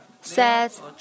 says